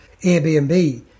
Airbnb